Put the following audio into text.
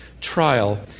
trial